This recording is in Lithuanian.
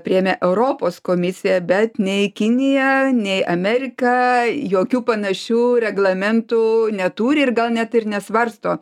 priėmė europos komisija bet nei kinija nei amerika jokių panašių reglamentų neturi ir gal net ir nesvarsto